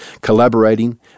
collaborating